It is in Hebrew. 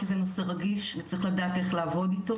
כי זה נושא רגיש וצריך לדעת איך לעבוד אתו